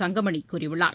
தங்கமணி கூறியுள்ளார்